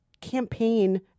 campaign